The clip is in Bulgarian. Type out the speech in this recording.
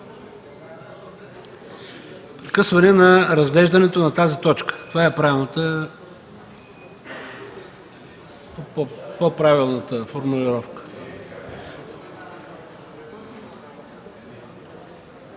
прекъсване на разглеждането на тази точка. Това е по-правилната формулировка.